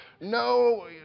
no